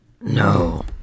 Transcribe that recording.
No